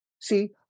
See